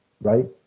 right